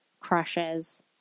crushes